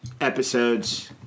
episodes